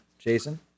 Jason